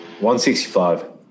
165